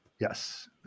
yes